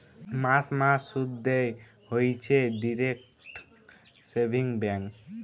মাস মাস শুধ দেয় হইছে ডিইরেক্ট সেভিংস ব্যাঙ্ক